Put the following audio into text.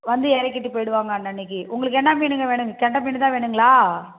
வந்து இறக்கிட்டு போய்டுவாங்க அன்னன்னைக்கு உங்களுக்கு என்ன மீன்ங்க வேணுங்க கெண்டை மீன்தான் வேணுங்களா